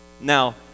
now